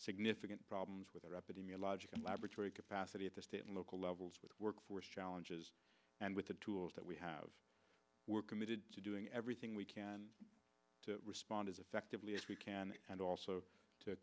significant problems with rapid email logic and laboratory capacity at the state and local levels with workforce challenges and with the tools that we have we're committed to doing everything we can to respond as effectively as we can and also to